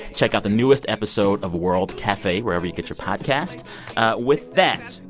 check out the newest episode of world cafe wherever you get your podcast with that,